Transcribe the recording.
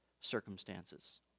circumstances